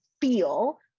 feel